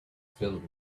filled